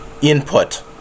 input